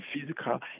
physical